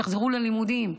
שיחזרו ללימודים,